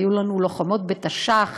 היו לנו לוחמות בתש"ח